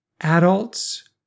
adults